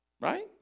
right